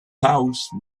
house